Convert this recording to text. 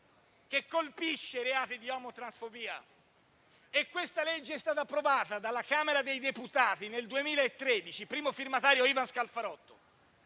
che colpisce i reati di omotransfobia, e questa legge è stata approvata dalla Camera dei deputati nel 2013 (primo firmatario Ivan Scalfarotto);